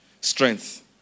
strength